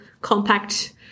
compact